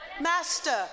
master